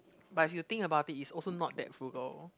but if you think about this is also not that frugal